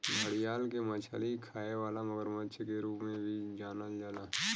घड़ियाल के मछली खाए वाला मगरमच्छ के रूप में भी जानल जाला